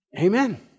amen